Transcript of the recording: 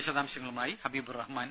വിശദാംശങ്ങളുമായി ഹബീബ് റഹ്മാൻ